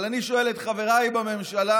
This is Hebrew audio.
אבל אני שואל את חבריי בממשלה,